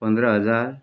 पन्ध्र हजार